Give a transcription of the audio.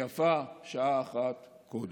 ויפה שעה אחת קודם.